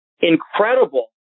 incredible